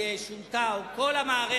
שינינו, וכל מי